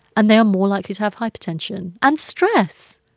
and they are more likely to have hypertension and stress.